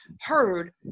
heard